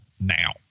now